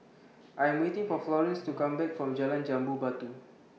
I Am waiting For Florene to Come Back from Jalan Jambu Batu